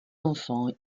enfants